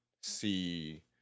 see